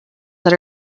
that